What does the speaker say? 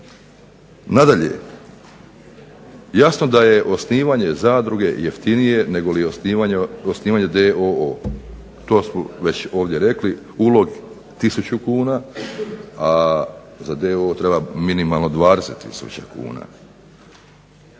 Nadalje, "Jasno da je osnivanje zadruge jeftinije nego li osnivanje d.o.o." to smo već ovdje rekli. Ulog je tisuću kuna, a za d.o.o. treba minimalno 20 tisuća kuna.